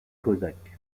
cosaques